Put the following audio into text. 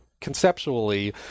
conceptually